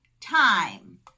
time